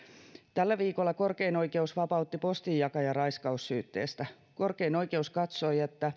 tällä viikolla korkein oikeus vapautti postinjakajan raiskaussyytteestä korkein oikeus katsoi että